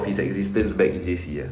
his existence back this in J_C ah